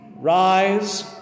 Rise